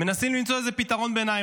מנסים למצוא איזה פתרון ביניים.